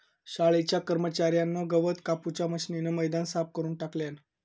शाळेच्या कर्मच्यार्यान गवत कापूच्या मशीनीन मैदान साफ करून टाकल्यान